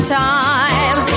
time